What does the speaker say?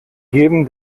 geben